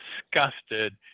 disgusted